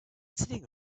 sitting